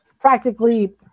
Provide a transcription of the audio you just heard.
practically